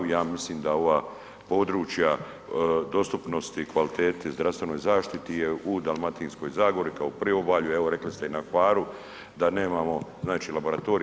Ja mislim da ova područja dostupnosti kvalitete zdravstvenoj zaštiti je u Dalmatinskoj zagori kao priobalju, evo rekli ste i na Hvaru, da nemamo znači laboratorij.